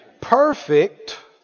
Perfect